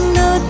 no